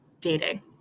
dating